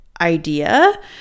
idea